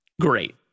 great